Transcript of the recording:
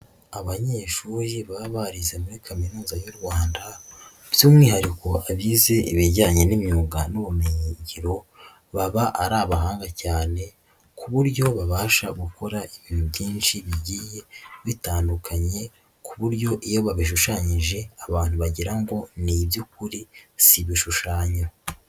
Abanyeshuri baba barize muri Kaminuza y'u Rwanda by'umwihariko abize ibijyanye n'imyuga n'ubumenyingiro, baba ari abahanga cyane ku buryo babasha gukora ibintu byinshi bigiye bitandukanye, ku buryo iyo babishushanyije abantu bagira ngo ni iby'ukuri s'ibishushanyo.